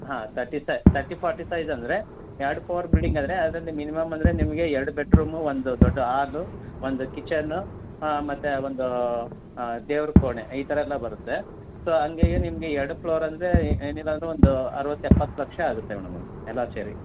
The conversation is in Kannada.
ಹಾಂ ತರ್ಟಿ ಸ ತರ್ಟಿ ಫೋರ್ಟಿ ಸೈಝ್ ಅಂದರೆ ಎರಡು ಫೋರ್ ಬಿಲ್ಡಿಂಗ್ ಅಂದರೆ ಮಿನಿಮಮ್ ಅಂದರೆ ನಿಮಗೆ ಎರಡು ಬೆಡ್ರೂಮು ಒಂದು ದೊಡ್ಡ ಆಲು ಒಂದು ಕಿಚನ್ನು ಮತ್ತು ಒಂದು ದೇವ್ರ ಕೋಣೆ ಈ ಥರ ಎಲ್ಲ ಬರುತ್ತೆ ಸೊ ಹಂಗೇ ನಿಮಗೆ ಎರಡು ಫ್ಲೋರ್ ಅಂದರೆ ಏನಿಲ್ಲ ಅಂದ್ರ ಒಂದು ಅರವತ್ತು ಎಪ್ಪತ್ತು ಲಕ್ಷ ಆಗುತ್ತೆ ಮೇಡಮ್ ಅದು ಎಲ್ಲಾ ಸೇರಿ